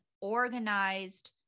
organized